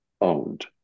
owned